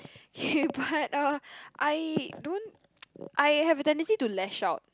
K but uh I don't I have the tendency to lash out